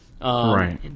Right